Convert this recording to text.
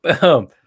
boom